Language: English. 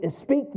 speak